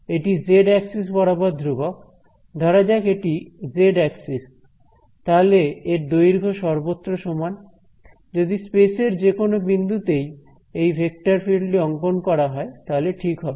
এটি z axis বরাবর ধ্রুবক ধরা যাক এটি জেড অ্যাক্সিস তাহলে এর দৈর্ঘ্য সর্বত্র সমান যদি স্পেস এর যেকোনো বিন্দুতেই এই ভেক্টর ফিল্ড টি অংকন করা হয় তাহলে ঠিক হবে